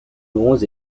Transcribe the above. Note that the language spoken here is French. bronze